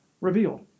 revealed